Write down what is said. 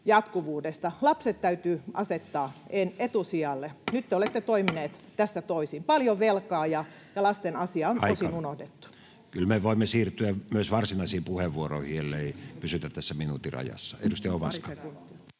jatkuvuudesta? Lapset täytyy asettaa etusijalle. Nyt te olette toimineet tässä toisin: paljon velkaa, [Puhemies: Aika!] ja lasten asia on osin unohdettu. Kyllä me voimme siirtyä myös varsinaisiin puheenvuoroihin, ellei pysytä tässä minuutin rajassa.